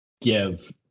give